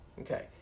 Okay